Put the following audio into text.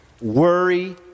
worry